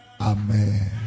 amen